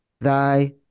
thy